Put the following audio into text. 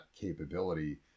capability